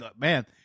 man –